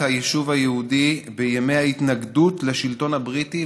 היישוב היהודי בימי ההתנגדות לשלטון הבריטי,